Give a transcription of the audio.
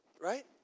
Right